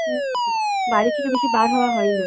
হ্যাঁ বাড়ি থেকে বেশি বার হওয়া হয় না